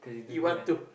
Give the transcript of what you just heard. he want to